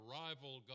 rival